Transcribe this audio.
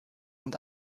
und